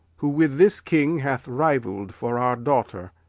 who with this king hath rivall'd for our daughter.